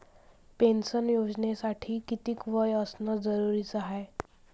Pension योजनेसाठी कितीक वय असनं जरुरीच हाय?